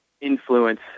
influence